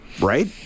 Right